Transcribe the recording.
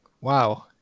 wow